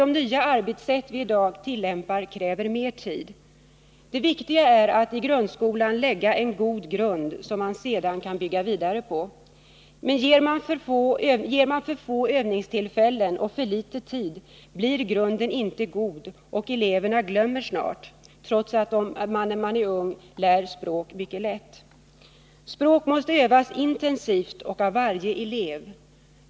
De nya arbetssätt vi i dag tillämpar kräver mer tid. Det viktiga är att i grundskolan lägga en god grund, som man sedan kan bygga vidare på. Men ger man för få övningstillfällen och för litet tid, blir grunden inte god, och eleverna glömmer då rätt snart — trots att man när man är ung lär språk mycket lätt — det de lärt sig. Språk måste övas intensivt och av varje elev.